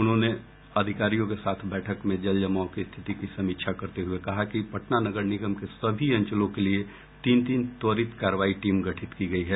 उन्होंने अधिकारियों के साथ बैठक में जल जमाव की स्थिति की समीक्षा करते हये कहा कि पटना नगर निगम के सभी अंचलों के लिए तीन तीन त्वरित कार्रवाई टीम गठित की गयी है